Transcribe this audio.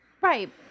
Right